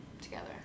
together